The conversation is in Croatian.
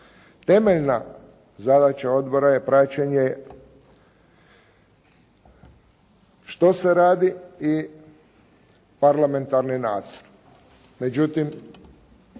Temeljna zadaća odbora je praćenje što se radi i parlamentarni nadzor.